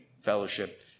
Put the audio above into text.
fellowship